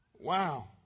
Wow